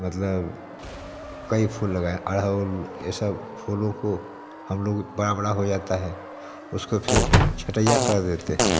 मतलब कई फूल लगाए गुड़हल यह सब फूलों को हम लोग बड़ा बड़ा हो जाता है उसको फिर छटैया कर देते हैं